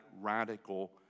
radical